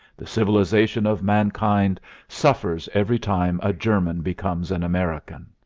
the civilization of mankind suffers every time a german becomes an american.